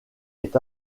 est